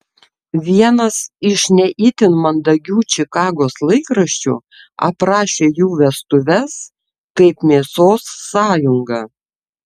vienas iš ne itin mandagių čikagos laikraščių aprašė jų vestuves kaip mėsos sąjungą